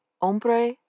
hombre